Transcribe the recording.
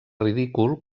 ridícul